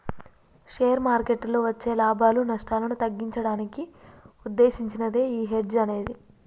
share మార్కెట్టులో వచ్చే లాభాలు, నష్టాలను తగ్గించడానికి వుద్దేశించినదే యీ హెడ్జ్ అనేది